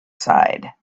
side